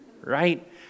Right